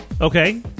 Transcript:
Okay